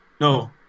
No